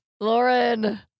Lauren